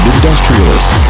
Industrialist